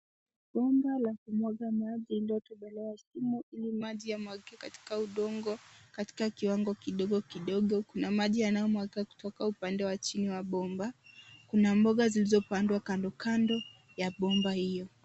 Bomba lakumwaga maji lililotobolewa sehemu ili maji yamwagike katika udongo katika kiwango kidogo kidogo. Kuna maji yanayomwagika kutoka upande wa chini wa bomba. Kuna mboga zilizopandwa kando kando ya bomba hiyo.